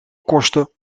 kosten